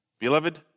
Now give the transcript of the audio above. Beloved